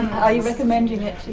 are you recommending it